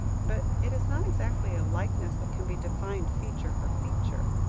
but it is not exactly a likeness that can be defined feature for feature.